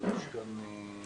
נדרש גם ניסיון,